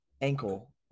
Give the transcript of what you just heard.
Ankle